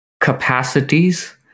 capacities